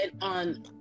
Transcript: on